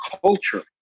culture